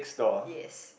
yes